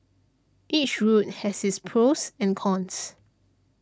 each route has its pros and cons